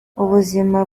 ubuzima